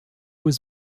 was